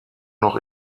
noch